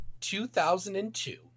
2002